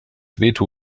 wehtun